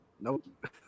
Nope